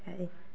है